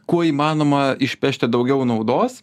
kuo įmanoma išpešti daugiau naudos